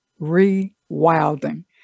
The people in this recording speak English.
rewilding